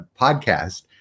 podcast